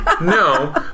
no